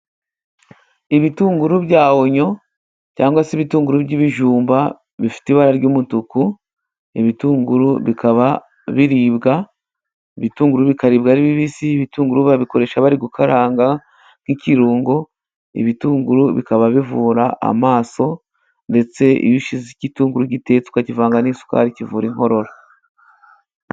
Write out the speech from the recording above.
Ibitunguru bya onyo cyangwa se ibitunguru by'ibijumba bifite ibara ry'umutuku, ibitunguru bikaba biribwa, ibitunguru bikaribwa ari bibisi, ibitunguru babikoresha bari gukaranga nk'ikirungo ibitunguru bikaba bivura amaso, ndetse iyo ushyize igitunguru gikeya ukakivanga n'isukari kivura inkorora.